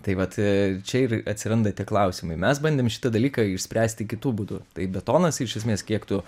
tai vat čia ir atsiranda tie klausimai mes bandėm šitą dalyką išspręsti kitu būdu tai betonas iš esmės kiek tu